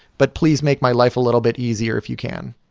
but please make my life a little bit easier if you can.